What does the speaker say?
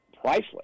priceless